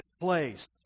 place